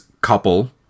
couple